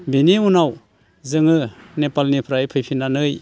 बिनि उनाव जोङो नेपालनिफ्राय फैफिननानै